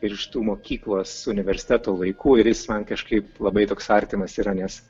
ir iš tų mokyklos universiteto laikų ir jis man kažkaip labai toks artimas yra nes